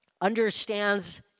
understands